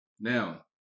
Now